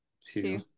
two